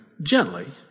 gently